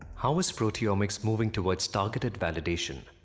how is proteomics moving towards targeted validation?